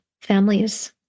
families